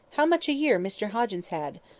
how much a year mr hoggins had?